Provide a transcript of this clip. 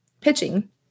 pitching